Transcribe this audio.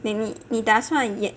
你你你打算